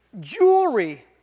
Jewelry